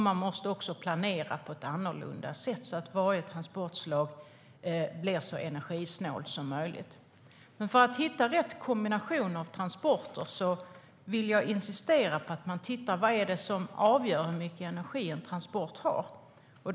Man måste planera på ett annorlunda sätt, så att varje transportslag blir så energisnålt som möjligt. För att hitta rätt kombination av transporter vill jag insistera på att man tittar på vad det är som avgör hur mycket energi en transport behöver.